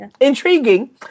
intriguing